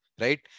right